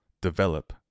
develop